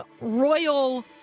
royal